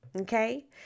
Okay